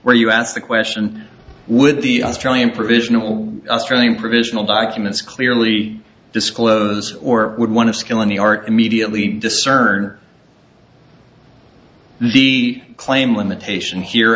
where you ask the question would the australian provisional australian provisional documents clearly disclose or would want to skill in the art immediately discern the claim limitation here